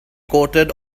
coated